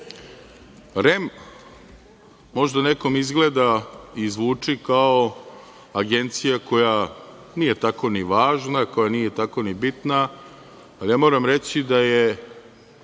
REM možda nekom izgleda i zvuči kao agencija koja nije tako ni važna, koja nije tako ni bitna, ali ja moram reći da je